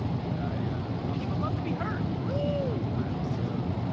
and i i um people love to be heard, wooo! i also